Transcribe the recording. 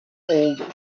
old